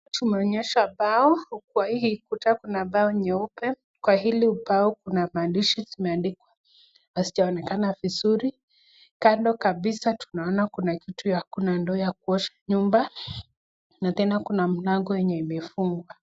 Tunaonyeshwa bao. Kwa hii ukuta kuna bao nyeupe. Kwa hili upande kuna maandishi zimeandikwa hazijaonekana vizuri. Kando kabisa tunaona kuna kitu ya kuna ndoo ya kuosha nyumba na tena kuna mlango yenye imefungwa.